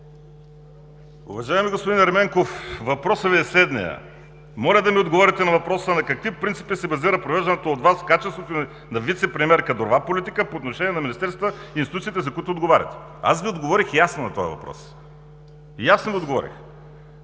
Уважаеми господин Ерменков, въпросът Ви е следният: „Моля да ми отговорите на въпроса на какви принципи се базира провежданата от Вас в качеството Ви на вицепремиер кадрова политика по отношение на министерствата и институциите, за които отговаряте”. Аз Ви отговорих ясно на този въпрос. Ясно Ви отговорих!